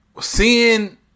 seeing